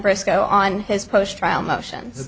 briscoe on his post trial motions